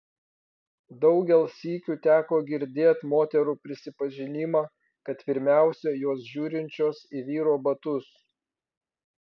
daugel sykių teko girdėt moterų prisipažinimą kad pirmiausia jos žiūrinčios į vyro batus